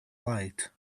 light